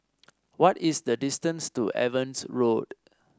what is the distance to Evans Road